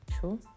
sure